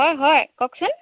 হয় হয় কওকচোন